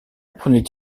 prenaient